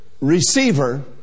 receiver